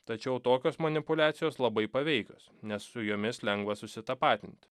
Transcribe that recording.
tačiau tokios manipuliacijos labai paveikios nes su jomis lengva susitapatinti